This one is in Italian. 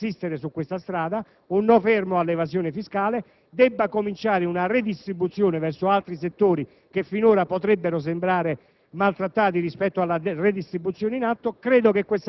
Ritengo che questa maggioranza debba continuare ad insistere su tale strada con un no fermo all'evasione fiscale e debba cominciare una redistribuzione verso altri settori che finora potrebbero sembrare